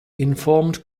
informed